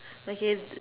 okay the